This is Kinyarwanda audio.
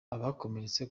abakomeretse